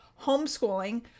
Homeschooling